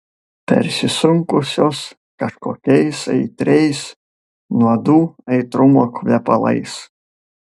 persisunkusios kažkokiais aitriais nuodų aitrumo kvepalais